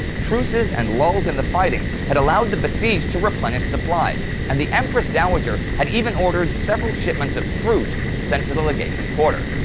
truces and lulls in the fighting had allowed the besieged to replenish supplies, and the empress dowager had even ordered several shipments of fruit sent to the legation quarter.